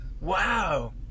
Wow